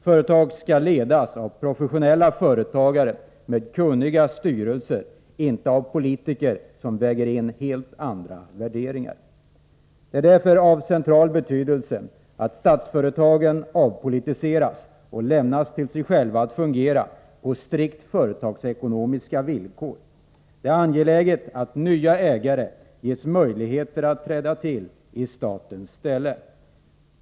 Företag skall ledas av professionella företagare med kunniga styrelser, inte av politiker som väger in helt andra värderingar. Det är därför av central betydelse att statsföretagen avpolitiseras och lämnas att själva fungera på strikt företagsekonomiska villkor. Det är angeläget att nya ägare ges möjligheter att träda till i statens ställe.